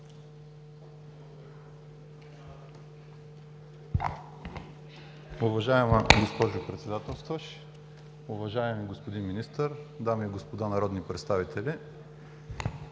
Уважаема госпожо Председателстващ, уважаеми господин Министър, дами и господа народни представители!